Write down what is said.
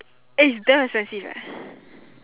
eh is damn expensive eh